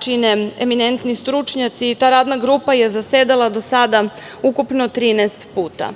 čine eminentni stručnjaci i ta Radna grupa je zasedala do sada ukupno 13 puta.